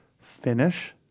finish